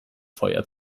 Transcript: feuer